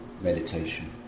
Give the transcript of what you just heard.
meditation